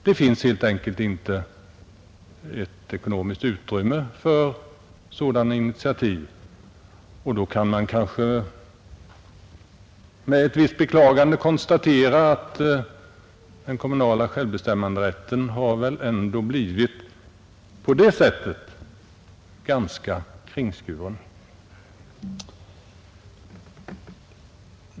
Det finns helt enkelt inte ekonomiskt utrymme för sådana initiativ, och då kan man kanske med ett visst beklagande konstatera att den kommunala självbestämmanderätten har blivit ganska kringskuren.